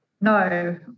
no